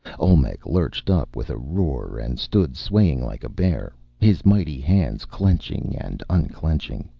olmec lurched up with a roar, and stood swaying like a bear, his mighty hands clenching and unclenching.